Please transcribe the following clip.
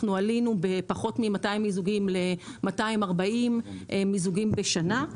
אנחנו עלינו מפחות מ-200 מיזוגים ל-240 מיזוגים בשנה,